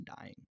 dying